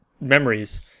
memories